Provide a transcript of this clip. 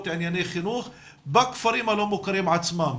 ענייני חינוך בכפרים הלא מוכרים עצמם,